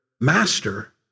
master